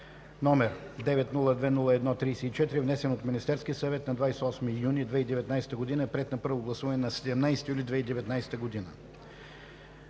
№ 902-01-34, внесен от Министерския съвет на 28 юни 2019 г., приет на първо гласуване на 17 юли 2019 г.